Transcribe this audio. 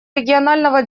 регионального